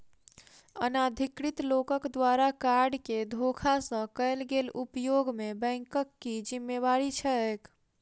अनाधिकृत लोकक द्वारा कार्ड केँ धोखा सँ कैल गेल उपयोग मे बैंकक की जिम्मेवारी छैक?